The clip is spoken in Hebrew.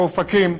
באופקים.